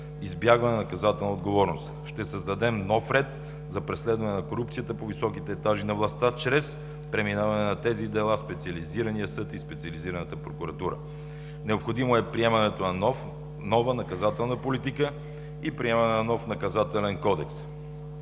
избягване на наказателна отговорност. Ще създадем нов ред за преследване на корупцията по високите етажи на властта чрез преминаване на тези дела в Специализирания съд и Специализираната прокуратура. Необходимо е приемането на нова наказателна политика и приемане на нов Наказателен кодекс.